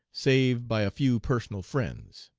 save by a few personal friends.